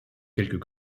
quelques